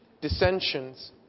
dissensions